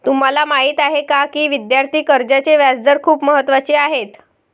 तुम्हाला माहीत आहे का की विद्यार्थी कर्जाचे व्याजदर खूप महत्त्वाचे आहेत?